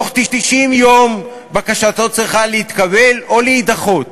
בתוך 90 יום בקשתו צריכה להתקבל או להידחות.